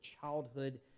childhood